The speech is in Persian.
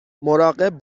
مراقب